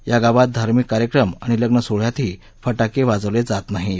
या गावात धार्मिक कार्यक्रम आणि लग्नसोहळ्यातही फटाके वाजवले जात नाहीत